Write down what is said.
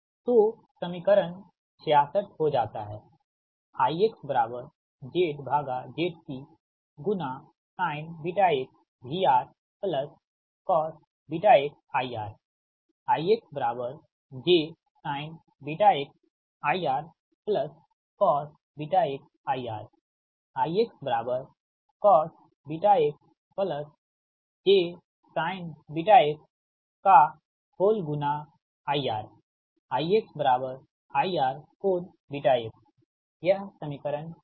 तोसमीकरण 66 हो जाता है यह समीकरण 76 है